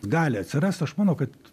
gali atsirast aš manau kad